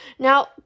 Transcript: Now